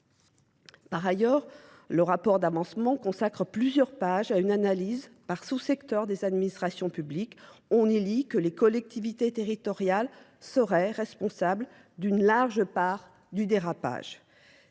Par ailleurs, le rapport d'amancement consacre plusieurs pages à une analyse par sous-sector des administrations publiques. On y lit que les collectivités territoriales seraient responsables d'une large part du dérapage.